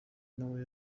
nawe